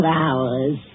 hours